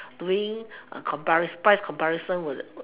doing comparis~ price comparison will the